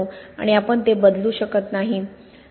आणि आपण ते बदलू शकत नाही